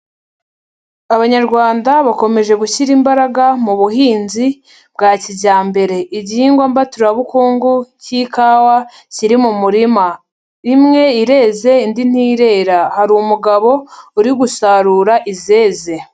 Abanyarwanda bakomeje gushyira imbaraga mu buhinzi bwa kijyambere, igihingwa mbaturabukungu cy'ikawa kiri mu murima, imwe irenze indi ntirera, hari umugabo uri gusarura izeze.